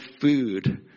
food